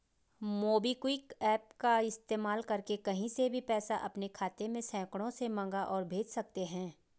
MobiKwik app का इस्तेमाल करके कहीं से भी पैसा अपने खाते में सेकंडों में मंगा और भेज सकते हैं